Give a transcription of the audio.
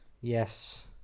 Yes